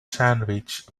sandwich